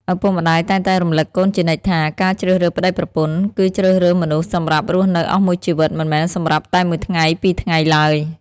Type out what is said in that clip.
ឪពុកម្ដាយតែងតែរំលឹកកូនជានិច្ចថា "ការជ្រើសរើសប្ដីប្រពន្ធ គឺជ្រើសរើសមនុស្សសម្រាប់រស់នៅអស់មួយជីវិត មិនមែនសម្រាប់តែមួយថ្ងៃពីរថ្ងៃឡើយ"។